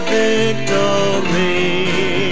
victory